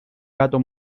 gato